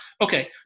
Okay